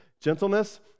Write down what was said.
Gentleness